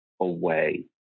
away